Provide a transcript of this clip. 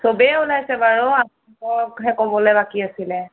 চবেই ওলাইছে বাৰু আপোনালোককহে ক'বলৈ বাকী আছিলে